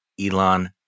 Elon